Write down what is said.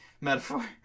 metaphor